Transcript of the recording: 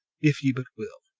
if ye but will!